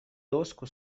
доску